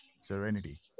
Serenity